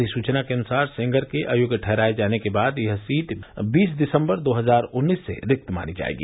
अधिसुचना के अनुसार सेंगर के अयोग्य ठहराये जाने के बाद यह सीट बीस दिसम्बर दो हजार उन्नीस से रिक्त मानी जायेगी